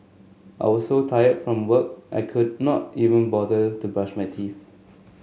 I was so tired from work I could not even bother to brush my teeth